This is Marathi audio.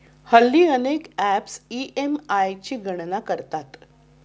हल्ली अनेक ॲप्स ई.एम.आय ची गणना करतात